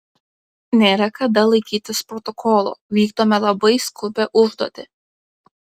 nėra kada laikytis protokolo vykdome labai skubią užduotį